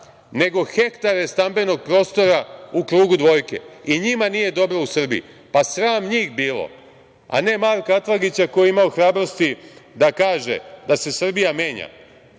nego hektare stambenog prostora u krugu dvojke. I njima nije dobro u Srbiji. Pa, sram njih bilo, a ne Marka Atlagića, koji je imao hrabrosti da kaže da se Srbija menja. Ima